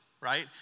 right